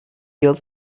yıl